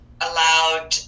allowed